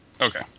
Okay